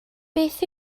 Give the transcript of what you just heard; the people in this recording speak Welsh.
beth